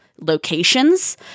locations